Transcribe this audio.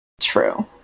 True